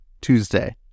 Tuesday